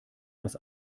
was